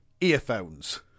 earphones